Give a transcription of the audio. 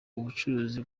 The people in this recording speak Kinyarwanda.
ubucuruzi